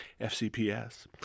FCPS